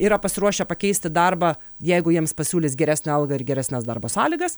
yra pasiruošę pakeisti darbą jeigu jiems pasiūlys geresnę algą ir geresnes darbo sąlygas